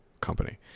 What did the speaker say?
company